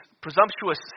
presumptuous